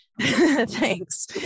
Thanks